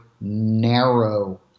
narrow